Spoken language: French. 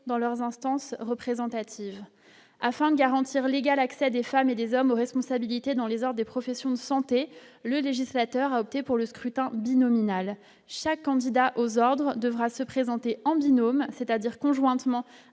dans leurs instances représentatives afin de garantir l'égal accès des femmes et des hommes aux responsabilités dans les ors des professions de santé, le législateur a opté pour le scrutin du nominal, chaque candidat aux ordres devra se présenter en binôme, c'est-à-dire conjointement